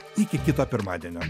iki kito pirmadienio